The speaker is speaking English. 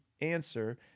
answer